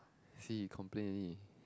see you complain only